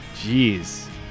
Jeez